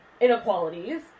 inequalities